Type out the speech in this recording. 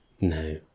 No